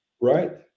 Right